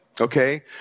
Okay